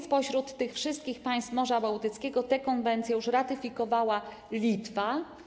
Spośród wszystkich państw Morza Bałtyckiego tę konwencję już ratyfikowała Litwa.